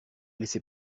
laissé